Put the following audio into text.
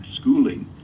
schooling